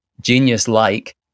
genius-like